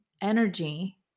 energy